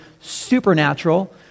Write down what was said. supernatural